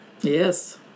Yes